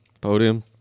podium